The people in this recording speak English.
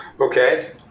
Okay